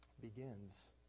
begins